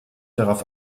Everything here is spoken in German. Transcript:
darauf